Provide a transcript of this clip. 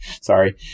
sorry